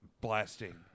Blasting